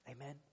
Amen